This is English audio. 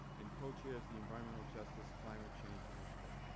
and co-chairs the environmental justice climate change initiative.